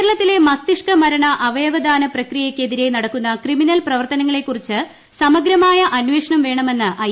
A കേരളത്തിലെ മസ്തിഷ്ക മരണ അപ്പിയ്വദാന പ്രക്രിയക്ക് എതിരെ നടക്കുന്ന ക്രിമിനൽ പ്രവർത്തനങ്ങളെക്കുറിച്ച് സമഗ്രമായ അന്വേഷണം വേണമെന്ന് ഐ